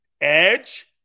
Edge